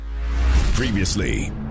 Previously